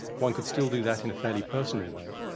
one could still do that in a fairly personal way.